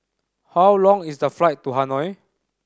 how long is the flight to Hanoi